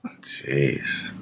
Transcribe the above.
Jeez